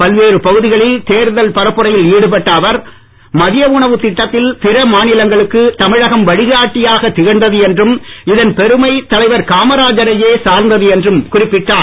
பல்வேறு பகுதிகளில் தேர்தல் பரப்புரையில் ஈடுபட்ட அவர் மதிய உணவு திட்டத்தில் பிற மாநிலங்களுக்கு தமிழகம் வழிகாட்டியாக திகழ்ந்தது என்றும் இதன் பெருமை தலைவர் காமராஜரையே சார்ந்தது என்றும் குறிப்பிட்டார்